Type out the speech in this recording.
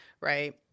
right